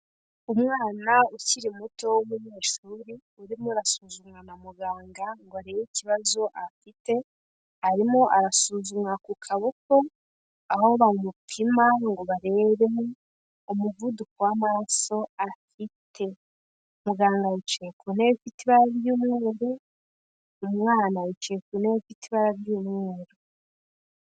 Umwana ukiri muto w'umunyeshuri, urimo asuzumwa na muganga ngo arebe ikibazo afite. Arimo arasuzumwa ku kaboko, aho bamupima ngo bare umuvuduko w'amaraso afite. Muganga yicaye ku ntebe ifite ibara ry'umweru, umwana yicaye ku ntebe ifite ibara ry'umweru.